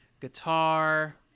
guitar